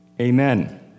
amen